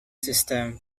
system